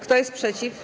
Kto jest przeciw?